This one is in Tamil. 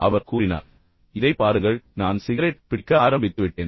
அவர் கூறினார் இதைப் பாருங்கள் நான் சிகரெட் பிடிக்க ஆரம்பித்துவிட்டேன்